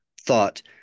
thought